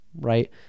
Right